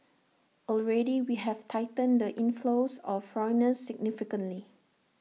already we have tightened the inflows of foreigners significantly